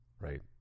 right